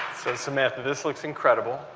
so samantha, this looks incredible.